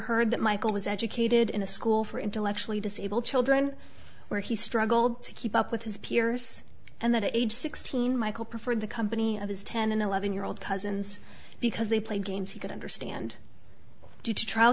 heard that michael was educated in a school for intellectually disabled children where he struggled to keep up with his peers and that at age sixteen michael preferred the company of his ten and eleven year old cousins because they played games he could understand due to trial